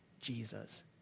Jesus